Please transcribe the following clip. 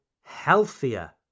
healthier